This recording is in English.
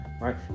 right